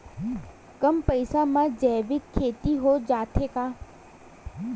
कम पईसा मा जैविक खेती हो जाथे का?